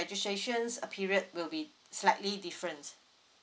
registration uh period will be slightly different